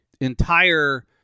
entire